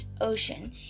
Ocean